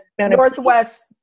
Northwest